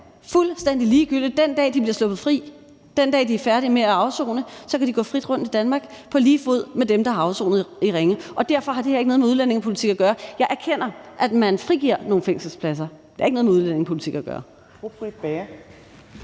fuldstændig ligegyldigt. Den dag, de bliver sluppet fri, den dag, de er færdige med at afsone, kan de gå frit rundt i Danmark på lige fod med dem, der har afsonet i Ringe. Derfor har det her ikke noget med udlændingepolitik at gøre. Jeg erkender, at man frigiver nogle fængselspladser – det har ikke noget med udlændingepolitik at gøre.